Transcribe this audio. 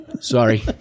Sorry